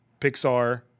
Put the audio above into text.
Pixar